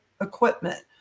equipment